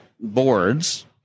boards